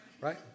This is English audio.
right